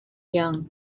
young